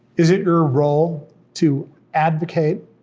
is it your role to advocate,